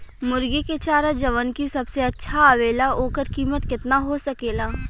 मुर्गी के चारा जवन की सबसे अच्छा आवेला ओकर कीमत केतना हो सकेला?